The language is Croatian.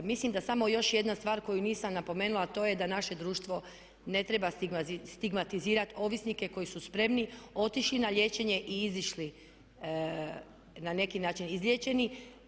Mislim da samo još jedna stvar koju nisam napomenula, a to je da naše društvo ne treba stigmatizirati ovisnike koji su spremni otišli na liječenje i izašli na neki način izliječeni.